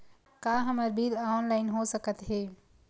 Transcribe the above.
का हमर bill online हो सकत हे?